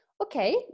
Okay